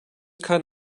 kind